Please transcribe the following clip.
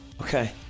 Okay